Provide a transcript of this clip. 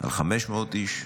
על 500 איש: